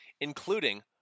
including